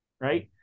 Right